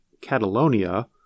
Catalonia